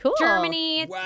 Germany